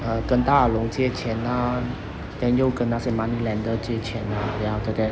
uh 跟大耳窿借钱 ah then 又跟那些 moneylender 借钱 then after that